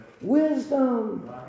Wisdom